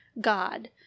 God